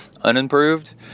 unimproved